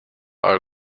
are